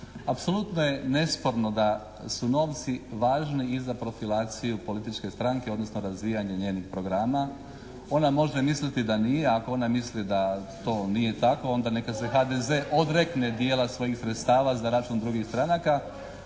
Apsolutno je nesporno da su novci važni i za profilaciju političke stranke odnosno razvijanje njenih programa. Ona može misliti da nije. Ako ona misli da to nije tako onda neka se HDZ odrekne dijela svojih sredstava za račun drugih stranaka.